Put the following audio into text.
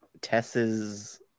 Tess's